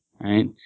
right